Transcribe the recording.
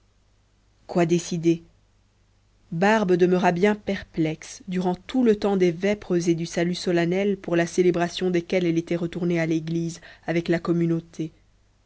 quoi décider barbe demeura bien perplexe durant tout le temps des vêpres et du salut solennel pour la célébration desquels elle était retournée à l'église avec la communauté